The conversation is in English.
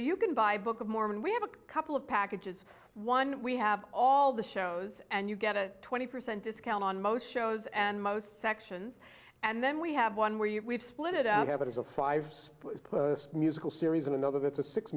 you can buy a book of mormon we have a couple of packages one we have all the shows and you get a twenty percent discount on most shows and most sections and then we have one where you we've split it up have it is a five musical series and another that's a six